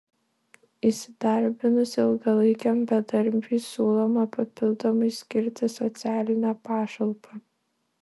įsidarbinus ilgalaikiam bedarbiui siūloma papildomai skirti socialinę pašalpą